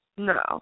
No